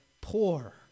poor